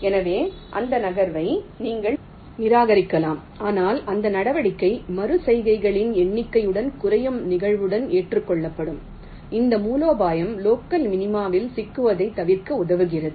எனவே அந்த நகர்வை நீங்கள் நிராகரிக்கலாம் ஆனால் அந்த நடவடிக்கை மறு செய்கைகளின் எண்ணிக்கையுடன் குறையும் நிகழ்தகவுடன் ஏற்றுக்கொள்ளப்படும் இந்த மூலோபாயம் லோக்கல் மினிமாவில் சிக்குவதைத் தவிர்க்க உதவுகிறது